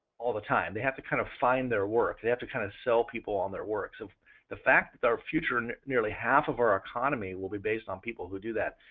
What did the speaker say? all the time. they have to kind of find their work, they have to kind of sell people on their work. so the fact that our future, nearly half of our economy will be based on people who do that,